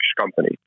company